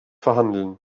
verhandeln